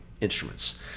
instruments